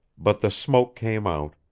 but the smoke came out,